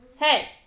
Hey